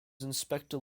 inspector